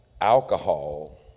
alcohol